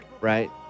right